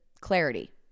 clarity